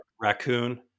raccoon